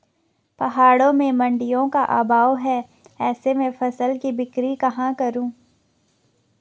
पहाड़ों में मडिंयों का अभाव है ऐसे में फसल की बिक्री कहाँ करूँ?